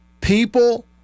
people